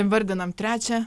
įvardinam trečią